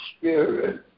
Spirit